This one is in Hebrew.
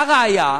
הא ראיה,